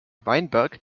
weinberg